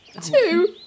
Two